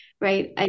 right